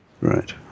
Right